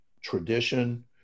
tradition